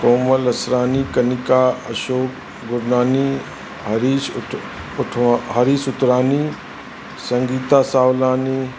कोमल असरानी कनिका अशोक गुरनानी हरीश उत उठो हरीश उतरानी संगीता सावलानी